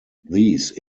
these